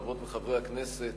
חברות וחברי הכנסת,